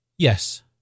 Yes